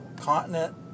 continent